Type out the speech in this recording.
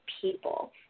people